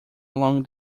along